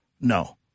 no